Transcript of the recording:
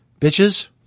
bitches